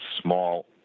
small